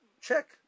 check